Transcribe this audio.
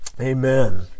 amen